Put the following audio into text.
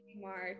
Mark